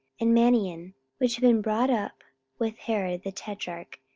and manaen, which had been brought up with herod the tetrarch,